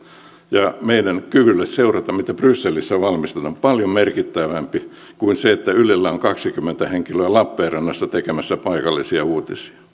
ja meidän kyvyllemme seurata mitä brysselissä valmistellaan on paljon merkittävämpi kuin se että ylellä on kaksikymmentä henkilöä lappeenrannassa tekemässä paikallisia uutisia